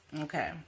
Okay